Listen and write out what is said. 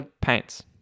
paints